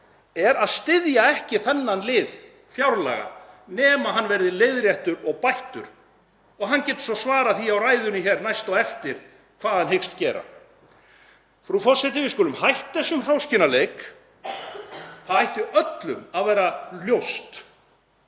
er að styðja ekki þennan lið fjárlaga nema hann verði leiðréttur og bættur. Hann getur svo svarað því hér í ræðunni næst á eftir hvað hann hyggst gera. Frú forseti. Við skulum hætta þessum hráskinnaleik. Það ætti öllum að vera ljóst